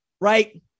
right